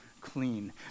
clean